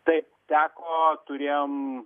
taip teko turėjom